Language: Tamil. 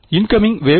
incoming wave